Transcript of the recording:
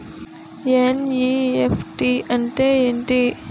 NEFT అంటే ఎంటి?